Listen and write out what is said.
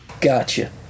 Gotcha